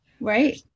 right